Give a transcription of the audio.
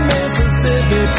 Mississippi